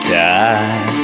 die